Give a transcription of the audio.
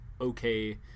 okay